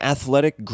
Athletic